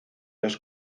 los